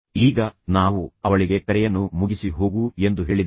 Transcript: ಈಗ ನಾವು ಅವಳಿಗೆ ಕರೆಯನ್ನು ಮುಗಿಸಿ ಹೋಗು ಎಂದು ಹೇಳಿದೆವು